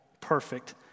perfect